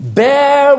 bear